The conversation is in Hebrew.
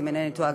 אם אינני טועה,